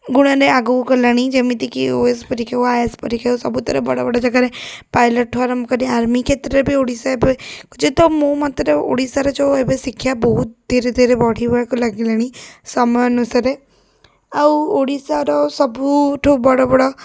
ଗୁଣରେ ଆଗକୁ ଗଲାଣି ଯେମିତିକି ଓ ଏ ସ୍ ପରୀକ୍ଷା ହେଉ ଆ ଏ ସ ପରୀକ୍ଷା ହେଉ ସବୁଥିରେ ବଡ଼ ବଡ଼ ଜାଗାରେ ପାଇଲଟଠୁ ଆରମ୍ଭ କରି ଆର୍ମି କ୍ଷେତ୍ରରେ ବି ଓଡ଼ିଶା ଏବେ ଯେତକ ମୋ ମତରେ ହେଉ ଓଡ଼ିଶାର ଏବେ ଶିକ୍ଷା ବହୁତ ଧୀରେ ଧୀରେ ବଢ଼ିବାକୁ ଲାଗିଲାଣି ସମୟାନୁସାରେ ଆଉ ଓଡ଼ିଶାର ସବୁଠୁ ବଡ଼ ବଡ଼